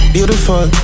Beautiful